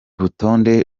rutonde